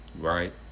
right